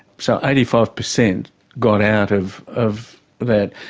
so eighty five per cent got out of of that.